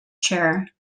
chair